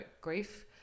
grief